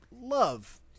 love